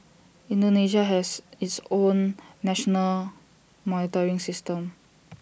Indonesia has its own national monitoring system